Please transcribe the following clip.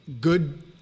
good